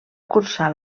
cursar